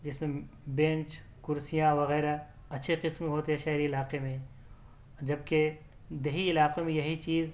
جس میں بینچ کُرسیاں وغیرہ اچھے قسم ہوتے شہری علاقے میں جب کہ دیہی علاقوں میں یہی چیز